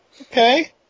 Okay